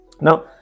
Now